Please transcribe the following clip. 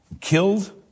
killed